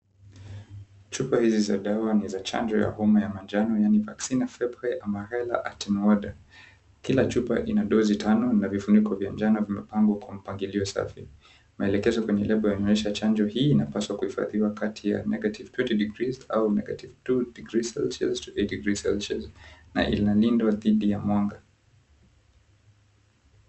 Chupa hizi za dawa ni za chanjo ya homa ya manjano yaani "Vaccine Fepte Amarela at Mode". Kila chupa ina dozi tano na vifuniko vya njano vimepangwa kwa mpangilio safi. Maelekezo kwenye lebo yanaonyesha chanjo hii inapaswa kuhifadhiwa kati ya "-20° au -2° Celsius to 8° Celsius" na inalindwa dhidi ya mwanga.